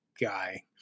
guy